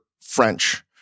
French